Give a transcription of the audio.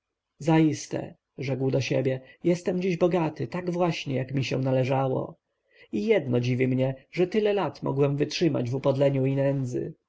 zaiste rzekł do siebie jestem dziś bogaty tak właśnie jak mi się należało i jedno dziwi mnie że tyle lat mogłem wytrzymać w upodleniu i nędzy